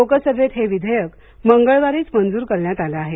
लोकसभेत हे विधेयक मंगळवारीच मंजूर करण्यात आलं आहे